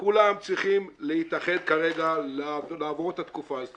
כולם צריכים להתאחד כרגע, לעבור את התקופה הזאת